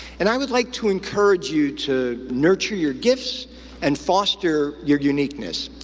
and i would like to encourage you to nurture your gifts and foster your uniqueness.